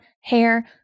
hair